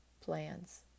plans